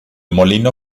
molino